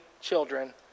children